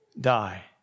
die